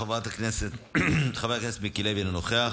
חבר הכנסת מיקי לוי, אינו נוכח.